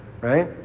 right